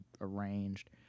arranged